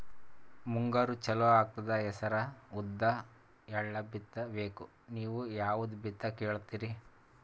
ಮುಂಗಾರು ಚಾಲು ಆಗ್ತದ ಹೆಸರ, ಉದ್ದ, ಎಳ್ಳ ಬಿತ್ತ ಬೇಕು ನೀವು ಯಾವದ ಬಿತ್ತಕ್ ಹೇಳತ್ತೀರಿ?